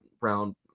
round